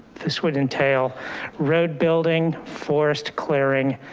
this would entail road building, forest clearing,